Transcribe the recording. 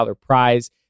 prize